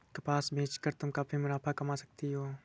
कपास बेच कर तुम काफी मुनाफा कमा सकती हो